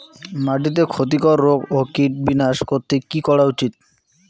মাটিতে ক্ষতি কর রোগ ও কীট বিনাশ করতে কি করা উচিৎ?